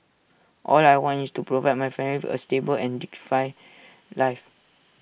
all I want is to provide my family A stable and dignified life